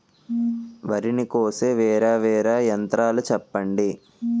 వరి ని కోసే వేరా వేరా యంత్రాలు చెప్పండి?